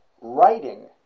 writing